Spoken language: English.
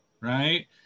right